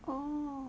oh